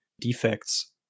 defects